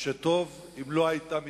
שטוב אם לא היתה מתרחשת.